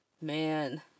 man